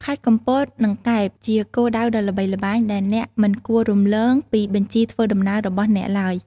ខេត្តកំពត និង កែប ជាគោលដៅដ៏ល្បីល្បាញដែលអ្នកមិនគួររំលងពីបញ្ជីធ្វើដំណើររបស់អ្នកទ្បើយ។